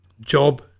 Job